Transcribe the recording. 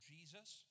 Jesus